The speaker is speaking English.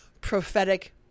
prophetic